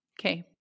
Okay